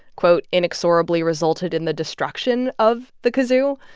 quote, inexorably resulted in the destruction of the kazoo.